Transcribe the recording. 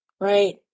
right